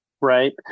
right